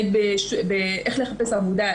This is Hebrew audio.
איך לחפש עבודה,